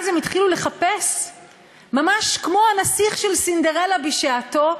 אז ממש כמו הנסיך של סינדרלה בשעתו,